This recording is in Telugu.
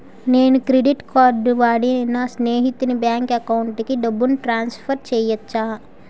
నేను క్రెడిట్ కార్డ్ వాడి నా స్నేహితుని బ్యాంక్ అకౌంట్ కి డబ్బును ట్రాన్సఫర్ చేయచ్చా?